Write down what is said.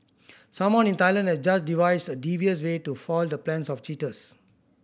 someone in Thailand has just devised a devious way to foil the plans of cheaters